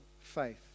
faith